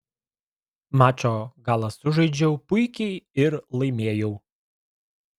mačo galą sužaidžiau puikiai ir laimėjau